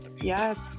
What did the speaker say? Yes